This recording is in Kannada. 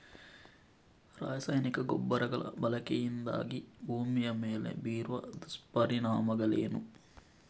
ರಾಸಾಯನಿಕ ಗೊಬ್ಬರಗಳ ಬಳಕೆಯಿಂದಾಗಿ ಭೂಮಿಯ ಮೇಲೆ ಬೀರುವ ದುಷ್ಪರಿಣಾಮಗಳೇನು?